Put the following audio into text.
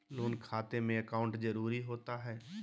Loan खाते में account जरूरी होता है?